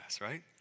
right